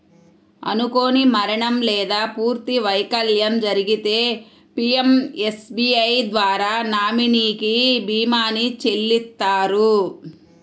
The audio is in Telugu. అనుకోని మరణం లేదా పూర్తి వైకల్యం జరిగితే పీయంఎస్బీఐ ద్వారా నామినీకి భీమాని చెల్లిత్తారు